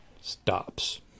stops